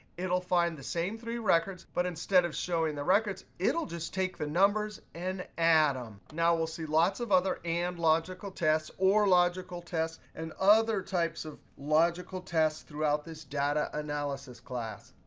find the same three records, but instead of showing the records, it'll just take the numbers and add them. now, we'll see lots of other and logical tests, or logical tests, and other types of logical tests throughout this data analysis class.